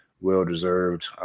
well-deserved